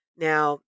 now